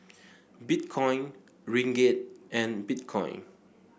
Bitcoin Ringgit and Bitcoin